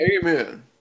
amen